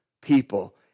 people